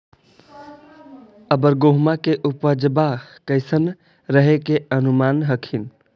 अबर गेहुमा के उपजबा कैसन रहे के अनुमान हखिन?